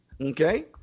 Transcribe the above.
Okay